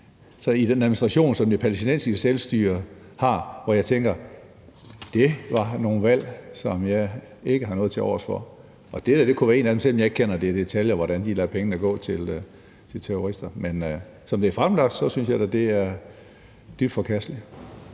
af den administration, som det palæstinensiske selvstyre har, hvor jeg tænker: Det var nogle valg, som jeg ikke har noget tilovers for. Det der kunne være et af dem, selv om jeg ikke i detaljer kender til, hvordan de lader pengene gå til terrorister. Men som det er fremlagt, synes jeg da, det er dybt forkasteligt.